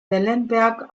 wellenberg